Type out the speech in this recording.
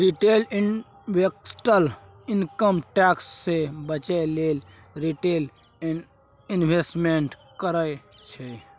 retail investor income tax सँ बचय लेल रिटेल इंवेस्टमेंट करय छै